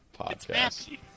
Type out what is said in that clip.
podcast